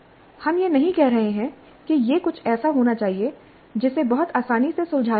हम यह नहीं कह रहे हैं कि यह कुछ ऐसा होना चाहिए जिसे बहुत आसानी से सुलझाया जा सके